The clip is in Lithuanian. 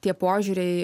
tie požiūriai